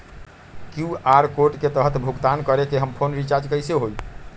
QR code के तहद भुगतान करके हम फोन रिचार्ज कैसे होई?